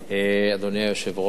אדוני היושב-ראש,